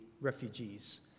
refugees